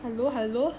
hello hello